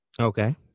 Okay